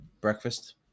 breakfast